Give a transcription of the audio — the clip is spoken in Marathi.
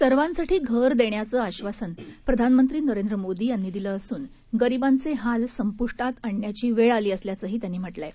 सर्वांसाठीघरंदेण्याचंआश्वासनप्रधानमंत्रीनरेंद्रमोदीयांनीदिलंअसूनगरीबांचेहालसंपुष्टातआणण्याचीवेळआलीअसल्याचंहीत्यांनीम्ह टलंआहे